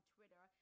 Twitter